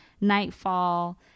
Nightfall